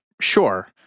Sure